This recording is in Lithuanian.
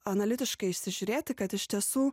analitiškai įsižiūrėti kad iš tiesų